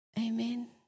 Amen